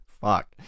Fuck